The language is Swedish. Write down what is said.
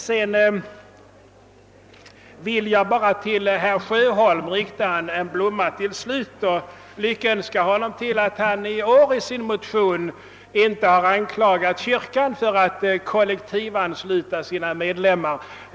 Sedan vill jag till slut bara räcka en blomma till herr Sjöholm och lyckönska honom till att han i år i sin motion inte anklagat kyrkan för att kollektivansluta sina medlemmar.